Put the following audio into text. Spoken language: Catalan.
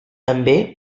també